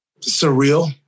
Surreal